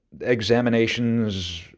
examinations